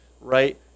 right